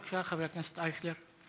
בבקשה, חבר הכנסת אייכלר.